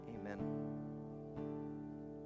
Amen